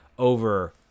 Over